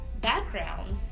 backgrounds